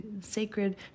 sacred